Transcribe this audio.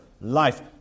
life